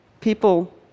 People